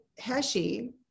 Heshi